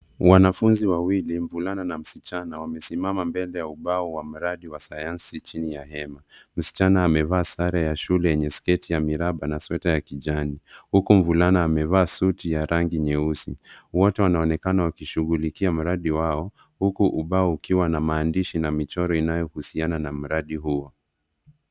Wanafunzi wawili, mvulana na msichana, wamesimama mbele ya ubao wa mradi wa sayansi chini ya hema. Msichana amevaa sare ya shule yenye sketi ya miraba na sweta ya kijani, huku mvulana amevaa suti ya rangi nyeusi. Wote wanaonekana wakishughulikia mradi wao, huku ubao ukiwa na maandishi na michoro inayohusiana na mradi huo.